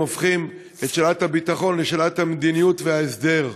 הופכים את שאלת הביטחון לשאלת המדיניות וההסדר.